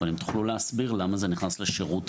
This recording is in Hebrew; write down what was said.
אבל אם תוכלו להסביר למה זה נכנס לשירות תשלום.